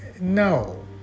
No